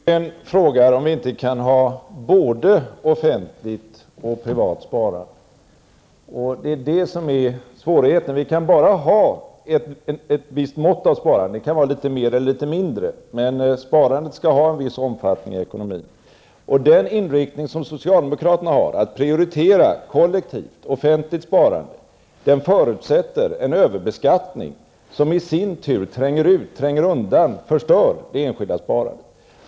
Fru talman! Roland Sundgren frågar om vi inte kan ha både offentligt och privat sparande. Det är detta som är svårigheten. Vi kan bara ha ett visst mått av sparande -- det kan vara litet mer eller litet mindre, men sparandet skall ha en viss omfattning i ekonomin. Den inriktning som socialdemokraterna har, att prioritera kollektivt offentligt sparande förutsätter en överbeskattning som i sin tur tränger undan, förstör, det enskilda sparandet.